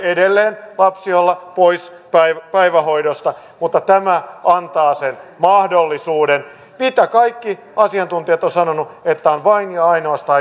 edelleen lapsi voi olla pois päivähoidosta mutta tämä antaa sen mahdollisuuden josta kaikki asiantuntijat ovat sanoneet että se on vain ja ainoastaan järkevää